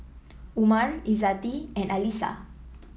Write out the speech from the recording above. Umar Izzati and Alyssa